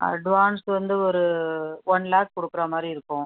advance வந்து ஒரு one lakh கொடுக்குற மாதிரி இருக்கும்